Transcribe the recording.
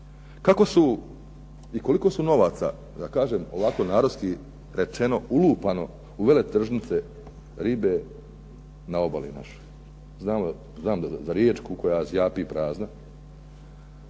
Kako su i koliko su novaca da kažem ovako narodski rečeno ulupano u veletržnice ribe na obali našoj? Znam za Riječku koja zjapi prazna